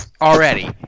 already